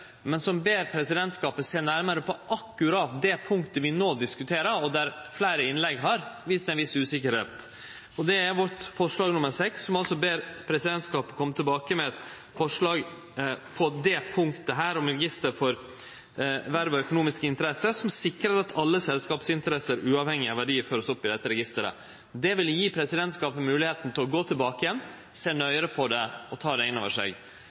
men som ber presidentskapet sjå nærmare på akkurat det punktet vi no diskuterer, og der fleire innlegg her viser ei viss usikkerheit. Det er vårt forslag nr. 6, som altså ber presidentskapet kome tilbake med eit forslag på dette punktet, om register for verv og økonomiske interesser, som «sikrer at alle selskapsinteresser, uavhengig av verdi, føres opp i dette registeret». Det ville gje presidentskapet moglegheita til å gå tilbake igjen, sjå nøyare på det og ta det innover seg.